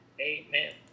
amen